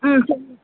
ம் சரிங்க